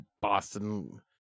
Boston